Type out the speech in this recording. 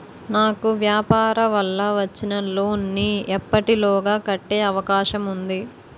నాకు వ్యాపార వల్ల వచ్చిన లోన్ నీ ఎప్పటిలోగా కట్టే అవకాశం ఉంది?